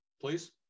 please